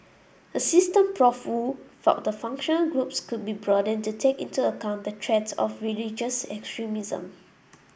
assistant Prof Woo felt the functional groups could be broadened to take into account the threat of religious extremism